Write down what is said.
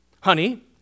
honey